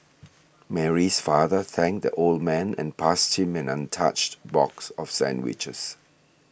Mary's father thanked the old man and passed him an untouched box of sandwiches